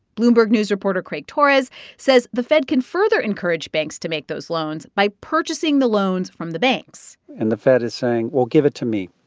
bloomberg news reporter craig torres says the fed can further encourage banks to make those loans by purchasing the loans from the banks and the fed is saying, well, give it to me.